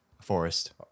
Forest